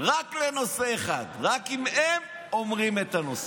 רק לנושא אחד, רק אם הם אומרים את הנושא,